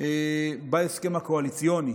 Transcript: בהסכם הקואליציוני